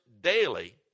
daily